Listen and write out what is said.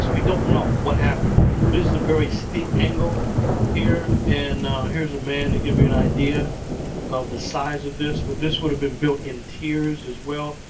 we don't know what happened this is a very steep angle here. and here's a man to give you an idea of the size of this. but this would have been built in tiers as well.